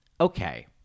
okay